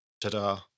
ta-da